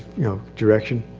you know, direction.